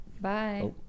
Bye